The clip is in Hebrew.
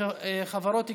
(חברות גבייה),